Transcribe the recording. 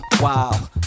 Wow